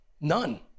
none